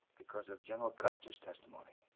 because of general custer's testimony.